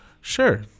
sure